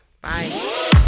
Bye